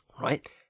right